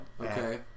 Okay